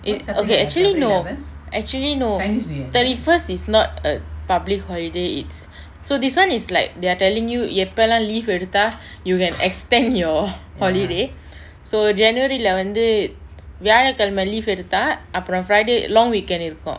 eh okay actually no actually no thirty first is not a public holiday it's so this one is like they're telling you எப்பலா:eppalaa leave எடுத்தா:edutha you can extend your holiday so january lah வந்து வியாழ கெலம:vanthu viyala kelama leave எடுத்தா அப்ரோ:edutha apro friday long weekend இருக்கு:iruku